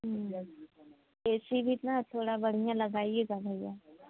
AC भी इतना थोड़ा बढ़ियाँ लगाइएगा भैया